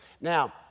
Now